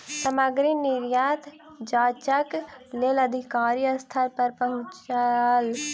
सामग्री निर्यात जांचक लेल अधिकारी स्थल पर पहुँचल